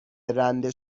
رنده